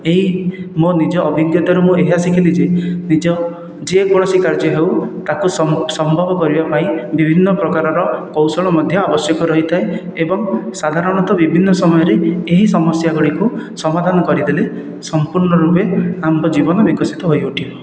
ଏହି ମୋ ନିଜ ଅଭିଜ୍ଞାତାରୁ ମୁଁ ଏହା ଶିଖିଲି ଯେ ନିଜ ଯେକୌଣସି କାର୍ଯ୍ୟ ହେଉ ତାକୁ ସମ୍ଭବ କରିବା ପାଇଁ ବିଭିନ୍ନ ପ୍ରକାରର କୌଶଳ ମଧ୍ୟ ଆବଶ୍ୟକ ରହିଥାଏ ଏବଂ ସାଧାରଣତଃ ବିଭିନ୍ନ ସମୟରେ ଏହି ସମସ୍ୟା ଗୁଡ଼ିକୁ ସମାଧାନ କରିଦେଲେ ସମ୍ପୂର୍ଣ୍ଣ ରୂପେ ଆମ୍ଭ ଜୀବନ ବିକଶିତ ହୋଇ ଉଠିବ